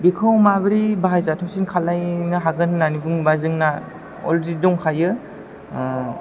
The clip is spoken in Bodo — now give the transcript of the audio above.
बेखौ माबोरै बाहाय जाथावसिन खालामनो हागोन होन्नानै बुङाेबा जोंना अलरेडि दंखायो